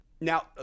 Now